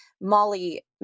Molly